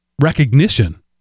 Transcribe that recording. recognition